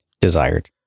desired